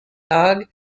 dog